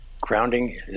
Grounding